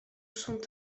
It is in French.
sont